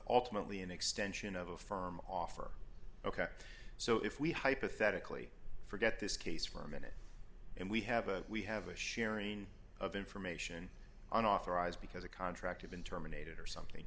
alternately an extension of a firm offer ok so if we hypothetically forget this case for a minute and we have a we have a sharing of information on authorized because a contract had been terminated or something